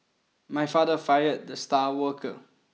my father fired the star worker